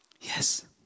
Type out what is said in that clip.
Yes